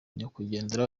nyakwigendera